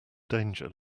danger